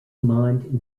mined